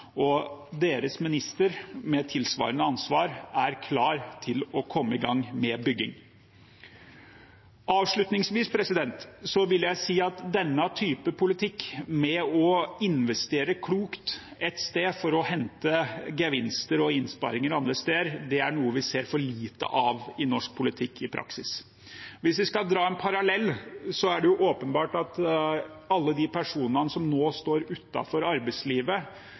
og deres minister med tilsvarende ansvar, er klar til å komme i gang med bygging. Avslutningsvis vil jeg si at denne typen politikk med å investere klokt ett sted for å hente gevinster og innsparinger andre steder er noe vi ser for lite av i norsk politikk i praksis. Hvis vi skal dra en parallell, er det åpenbart at alle de personene som nå står utenfor arbeidslivet,